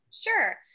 Sure